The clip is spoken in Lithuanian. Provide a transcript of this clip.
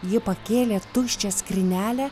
ji pakėlė tuščią skrynelę